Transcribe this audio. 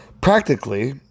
Practically